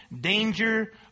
danger